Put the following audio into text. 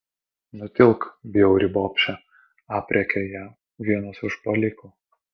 nutilk bjauri bobše aprėkia ją vienas užpuolikų